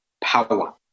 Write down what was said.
power